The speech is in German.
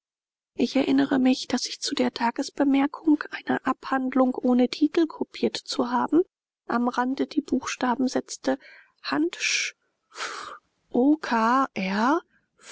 ich erinnere mich daß ich zu der tagesbemerkung eine abhandlung ohne titel kopiert zu haben am rande die buchstaben setzte